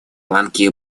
ланки